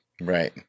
Right